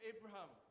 Abraham